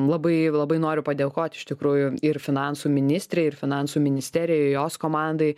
labai labai noriu padėkot iš tikrųjų ir finansų ministrei ir finansų ministerijai jos komandai